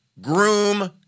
groom